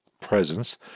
presence